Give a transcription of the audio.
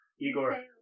Igor